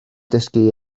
dysgu